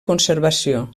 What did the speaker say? conservació